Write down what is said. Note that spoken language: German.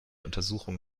untersuchung